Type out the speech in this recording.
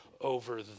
over